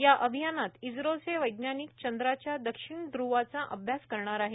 या अभियानात इम्रोचं वैज्ञानिक चंद्राच्या दक्षिण ध्रवाचा अभ्यास करणार आहे